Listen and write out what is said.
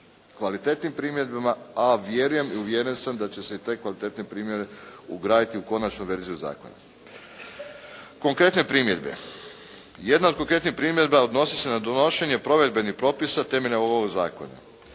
kvalitetnim primjedbama, a vjerujem i uvjeren sam da će se i te kvalitetne primjere ugraditi u konačnu verziju zakona. Konkretne primjedbe. Jedna od konkretnih primjedba odnosi se na donošenje provedbenih propisa temeljem ovog zakona.